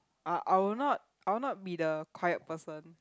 I I will not I will not be the quiet person